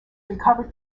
recovered